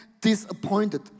disappointed